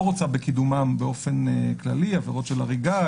רוצה בקידומן באופן כללי עבירות של הריגה,